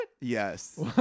Yes